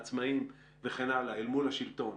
העצמאים וכן הלאה אל מול השלטון,